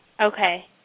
Okay